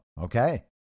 okay